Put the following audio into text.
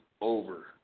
over